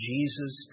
Jesus